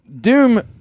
Doom